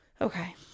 Okay